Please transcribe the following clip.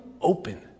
open